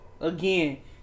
Again